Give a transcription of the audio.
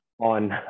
on